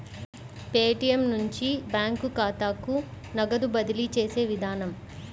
Paytm నుంచి bank ఖాతాకు నగదు బదిలీ చేసే విధానం